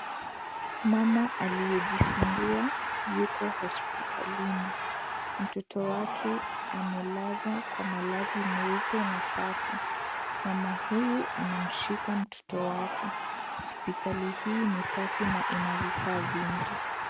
Mama aliyejifungua yuko hospitalini, mtoto wake amelazwa kwa malazi meupe na safi, mama huyu anamshika mtoto wake, hospitali hii ni